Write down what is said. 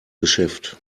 geschäft